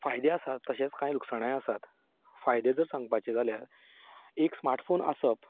फायदे आसात तशेंच कांय लुकसानूय आसा फायदे जर सांगपाचे जाल्यार एक स्मार्ट फोन आसप